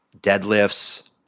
deadlifts